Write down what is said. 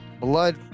blood